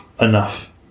enough